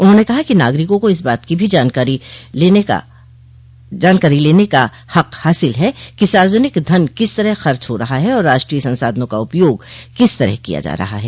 उन्होंने कहा कि नागरिकों को इस बात की जानकारी लेने का भी हक़ हासिल है कि सार्वजनिक धन किस तरह खर्च हो रहा है और राष्ट्रीय संसाधनों का उपयोग किस तरह किया जा रहा है